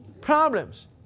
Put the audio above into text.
Problems